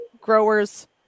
growers